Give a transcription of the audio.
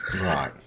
Right